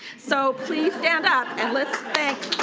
so please stand out and let's thank